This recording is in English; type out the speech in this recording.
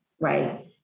right